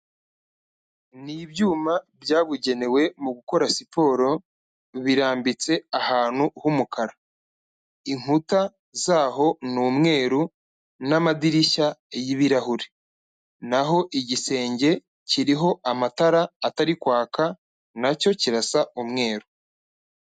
Ni ibyuma byabugenewe mu gukora siporo, birambitse ahantu h'umukara. Inkuta zaho ni umweru n'amadirishya y'ibirahure. Na ho igisenge kiriho amatara atari kwaka, na cyo kirasa umweru.